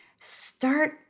start